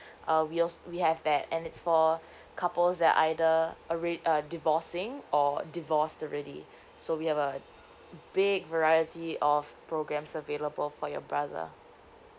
uh we als~ we have that and it's for couples that either alre~ uh divorcing or divorced already so we have a big variety of programmes available for your brother